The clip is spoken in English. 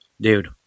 dude